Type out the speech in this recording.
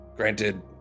Granted